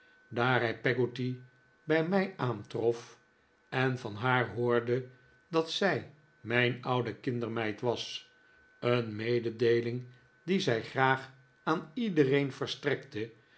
hij peggotty bii mij aantrof en van haar hoorde dat zij mijn oude kindermeid was een mededeeling die zij graag aan iedereen verstrekte